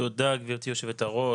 תודה גברתי יושבת הראש.